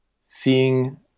seeing